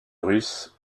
russe